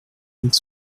mille